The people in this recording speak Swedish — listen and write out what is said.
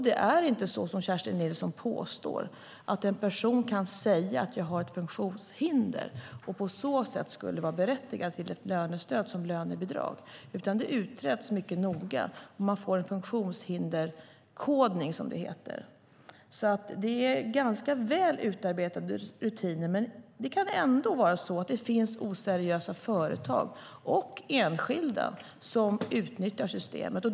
Det är inte så, som Kerstin Nilsson påstår, att en person kan säga att han eller hon har ett funktionshinder och på så sätt skulle vara berättigad till ett lönestöd som lönebidrag, utan det utreds mycket noga. Man får en funktionshinderskodning, som det heter. Det finns ganska väl utarbetade rutiner, men det kan ändå finnas oseriösa företag och enskilda som utnyttjar systemet.